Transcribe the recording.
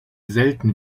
selten